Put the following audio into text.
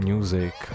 Music